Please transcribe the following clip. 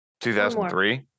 2003